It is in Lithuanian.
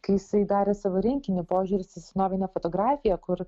kai jisai darė savo rinkinį požiūris į senovinę fotografiją kur